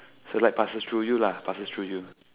so like passes through you lah passes through you